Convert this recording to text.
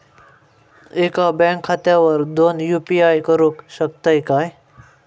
एका बँक खात्यावर दोन यू.पी.आय करुक शकतय काय?